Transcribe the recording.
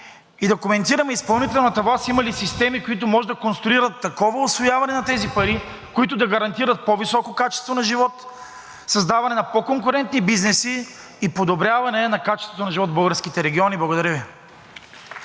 и да коментираме изпълнителната власт има ли системи, които може да конструират такова усвояване на тези пари, които да гарантират по-високо качество на живот, създаване на по-конкурентни бизнеси и подобряване на качеството на живот в българските региони. Благодаря Ви.